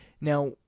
now